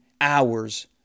hours